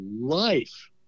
life